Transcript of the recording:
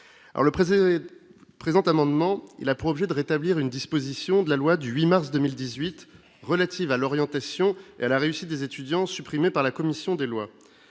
présente amendement il preuve de rétablir une disposition de la loi du 8 mars 2018 relatives à l'orientation et à la réussite des étudiants supprimée par la commission des lois,